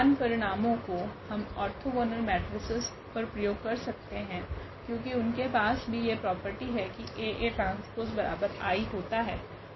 समान परिणामों को हम ओर्थोगोनल मेट्रिसेस पर प्रयोग कर सकते है क्योकि उनके पास भी यह प्रॉपर्टी है की AATI होता है